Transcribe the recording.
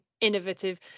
innovative